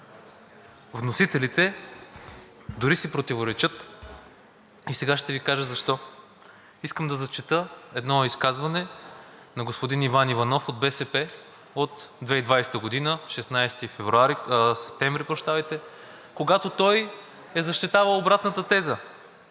вносителите дори си противоречат и сега ще Ви кажа защо. Искам да зачета едно изказване на господин Иван Иванов от БСП от 2020 г., 16 септември, когато той е защитавал обратната теза.